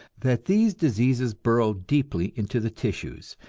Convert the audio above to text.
that these diseases burrow deeply into the tissues,